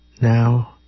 Now